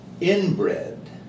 inbred